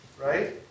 Right